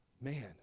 man